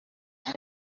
and